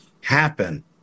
happen